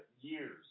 years